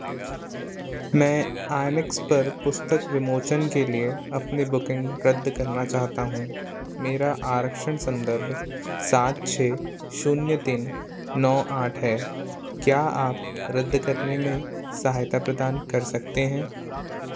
मैं आईनिक्स पर पुस्तक विमोचन के लिए अपनी बुकिंग रद्द करना चाहता हूँ मेरा आरक्षण संदर्भ सात छः शून्य तीन नौ आठ है क्या आप रद्द करने में सहायता प्रदान कर सकते हैं